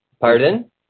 Pardon